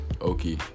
okay